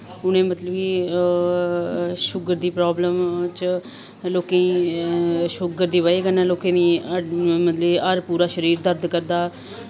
उनें मतलव कि शूगर दी प्रॉवलम च लोकें शूगर दी बज़ह कन्नै लोकें हर पूरा शरीर मतलव की दर्द करदा